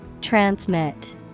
Transmit